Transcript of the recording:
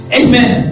amen